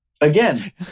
Again